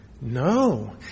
No